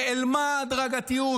נעלמה ההדרגתיות.